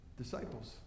Disciples